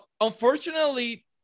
Unfortunately